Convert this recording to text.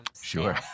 Sure